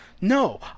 No